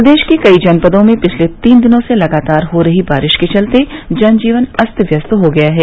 प्रदेश के कई जनपदों में पिछले तीन दिनों से लगातार हो रही बारिश के चलते जनजीवन अस्त व्यस्त हो गया है